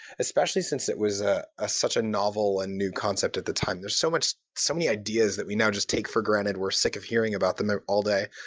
especially since it was ah ah such a novel and new concept at the time. there's so so many ideas that we now just take for granted. we're sick of hearing about them all day,